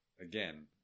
Again